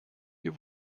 wir